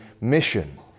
mission